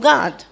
God